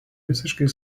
visiškai